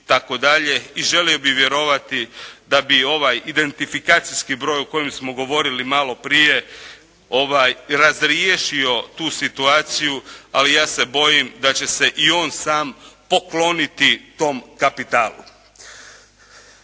i želio bih vjerovati da bi ovaj identifikacijski broj o kojem smo govorili malo prije razriješio tu situaciju, ali ja se bojim da će se i on sam pokloniti tom kapitalu.